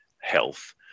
health